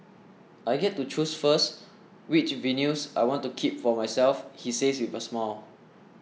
I get to choose first which vinyls I want to keep for myself he says with a smile